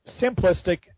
simplistic